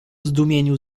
zdumieniu